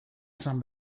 esan